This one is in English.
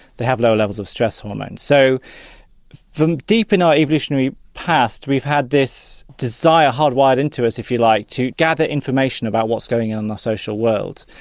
they have lower levels of stress hormones. so from deep in our evolutionary past we've had this desire hardwired into us, if you like, to gather information about what's going on in the social world.